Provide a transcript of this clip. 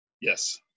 Yes